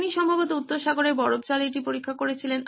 তিনি সম্ভবত উত্তর সাগরের বরফ জলে এটি পরীক্ষা করেছিলেন